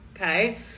Okay